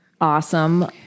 awesome